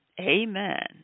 Amen